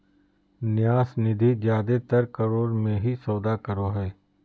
न्यास निधि जादेतर करोड़ मे ही सौदा करो हय